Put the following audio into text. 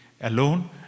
alone